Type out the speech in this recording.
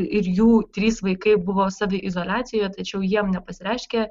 ir jų trys vaikai buvo saviizoliacijoje tačiau jiem nepasireiškė